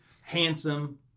handsome